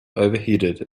overheated